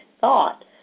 thought